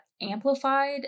amplified